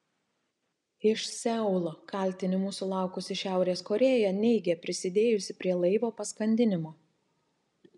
iš seulo kaltinimų sulaukusi šiurės korėja neigia prisidėjusi prie laivo paskandinimo